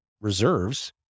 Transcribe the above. reserves